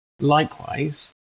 likewise